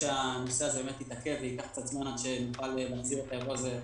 וסובלים מזה שאין ידיים עובדות שמטפלות בהם.